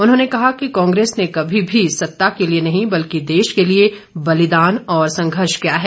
उन्होंने कहा कि कांग्रेस ने कभी भी सत्ता के लिए नहीं बल्कि देश के लिए बलिदान और संघर्ष किया है